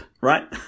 right